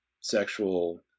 sexual